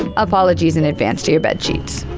apologies in advance to your bed sheets.